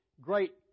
great